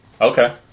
okay